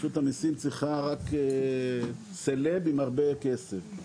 רשות המיסים מתעסקת רק עם סלבס עם הרבה כסף.